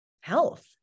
health